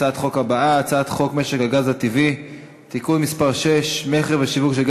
הצעת חוק הגנת הצרכן (תיקון מס' 41),